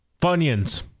Funyuns